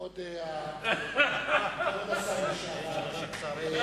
כבוד השר לשעבר,